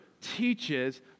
teaches